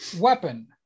weapon